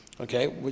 Okay